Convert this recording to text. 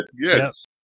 yes